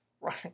right